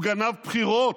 הוא גנב בחירות.